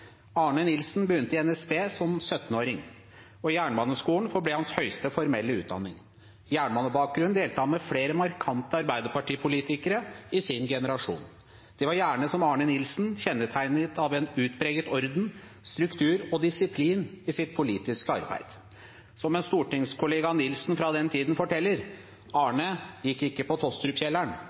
Arne Nilsen begynte i NSB som 17-åring, og Jernbaneskolen forble hans høyeste formelle utdanning. Jernbanebakgrunnen delte han med flere markante arbeiderpartipolitikere i sin generasjon. De var gjerne, som Arne Nilsen, kjennetegnet av en utpreget orden, struktur og disiplin i sitt politiske arbeid. Som en stortingskollega av Nilsen fra den tiden forteller: Arne gikk ikke på